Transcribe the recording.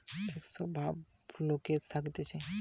যে সব সম্পত্তি গুলা থাকতিছে লোকের ফিক্সড ভাবে